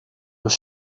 was